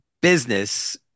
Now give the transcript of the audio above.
business